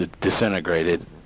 disintegrated